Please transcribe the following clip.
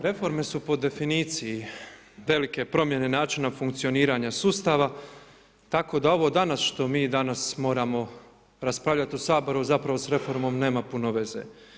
Reforme su po definiciji velike promjene načina funkcioniranja sustava, tako da ovo danas što mi danas moramo raspravljat u Saboru, zapravo s reformom nema puno veze.